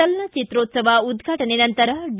ಚಲನಚಿತ್ರೋತ್ಸವ ಉದ್ವಾಟನೆ ನಂತರ ಡಿ